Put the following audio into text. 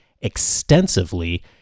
extensively